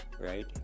right